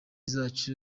zacu